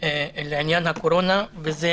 לעניין הקורונה, וזה